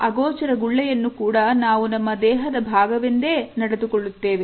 ಆ ಅಗೋಚರ ಗುಳ್ಳೆಯನ್ನು ಕೂಡ ನಾವು ನಮ್ಮ ದೇಹದ ಭಾಗವೆಂದೇ ನಾವು ನಡೆದುಕೊಳ್ಳುತ್ತೇವೆ